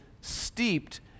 steeped